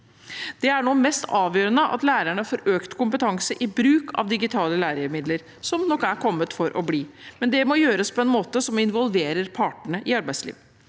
Det er nå mest avgjørende at lærerne får økt kompetanse i bruk av digitale læremidler, som nok har kommet for å bli, men det må gjøres på en måte som involverer partene i arbeidslivet.